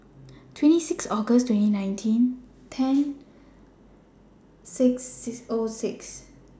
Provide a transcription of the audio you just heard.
twenty six August twenty nineteen ten six O six